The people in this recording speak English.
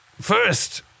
First